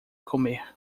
comer